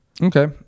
Okay